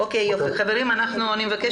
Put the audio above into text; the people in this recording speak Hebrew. אתי